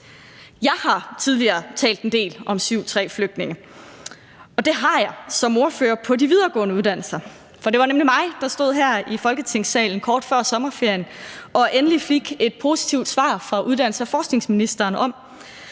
Jeg har tidligere talt en del om § 7, stk. 3-flygtninge, og det har jeg som ordfører på de videregående uddannelser, for det var nemlig mig, der stod her i Folketingssalen kort før sommerferien og endelig fik et positivt svar fra uddannelses- og forskningsministeren om,